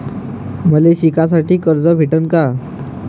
मले शिकासाठी कर्ज भेटन का?